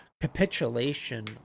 capitulation